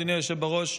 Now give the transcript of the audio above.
אדוני היושב בראש,